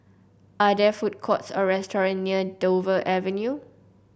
are there food courts or restaurants near Dover Avenue